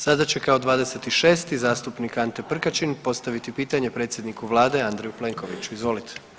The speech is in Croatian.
Sada će kao 26. zastupnik Ante Prkačin postaviti pitanje predsjedniku vlade Andreju Plenkoviću, izvolite.